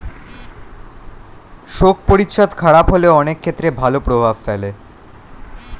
শোক পরিচ্ছদ খারাপ হলেও অনেক ক্ষেত্রে ভালো প্রভাব ফেলে